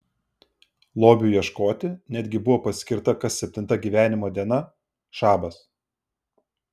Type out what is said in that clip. lobiui ieškoti netgi buvo paskirta kas septinta gyvenimo diena šabas